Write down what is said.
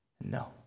no